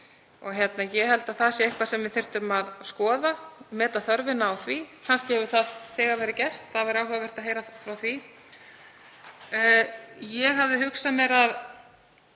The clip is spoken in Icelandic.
um heiminn. Ég held að það sé eitthvað sem við þyrftum að skoða og meta þörfina á því. Kannski hefur það þegar verið gert. Það væri áhugavert að heyra af því. Ég hafði hugsað mér að